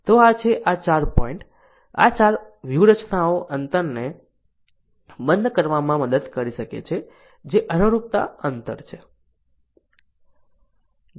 તો આ છે આ 4 પોઇન્ટ આ 4 વ્યૂહરચનાઓ અંતરને બંધ કરવામાં મદદ કરી શકે છે જે અનુરૂપતા અંતર છે